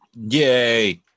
Yay